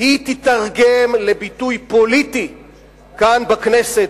היא תיתרגם לביטוי פוליטי כאן, בכנסת.